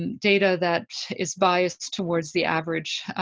and data that is biased towards the average,